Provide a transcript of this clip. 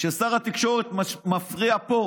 כששר התקשורת מפריע פה